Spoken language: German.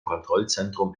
kontrollzentrum